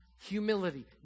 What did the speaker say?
humility